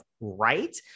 right